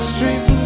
Street